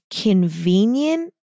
convenient